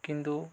କିନ୍ତୁ